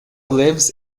lives